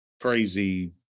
crazy